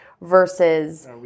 versus